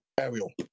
Ariel